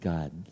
God